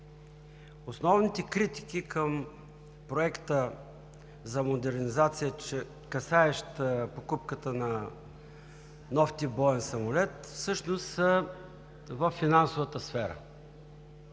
основните критики към Проекта за модернизация, касаещ покупката на нов тип боен самолет, всъщност е във финансовата сфера.